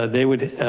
they would,